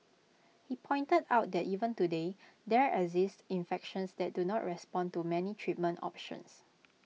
he pointed out that even today there exist infections that do not respond to many treatment options